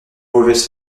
mauvaises